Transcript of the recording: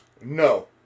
no